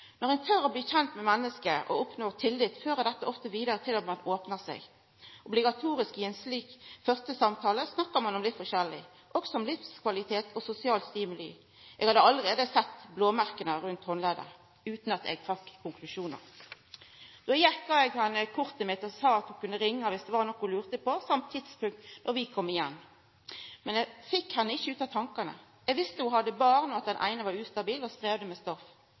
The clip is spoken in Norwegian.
Når ein tør å bli kjend med menneske og oppnår tillit, fører dette ofte vidare til at ein opnar seg. Obligatorisk i ein slik førstesamtale snakkar ein om litt forskjellig, òg om livskvalitet og sosial stimuli. Eg hadde allereie sett blåmerka rundt handleddet, utan at eg trekte konklusjonar. Då eg gjekk, ga eg henne kortet mitt og sa at ho kunne ringja om det var noko ho lurte på, og om tidspunktet for når vi kom igjen. Men eg fekk ho ikkje ut av tankane. Eg visste at ho hadde barn, og at den eine var ustabil og strevde med stoff.